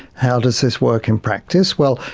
how does this work in practice? well,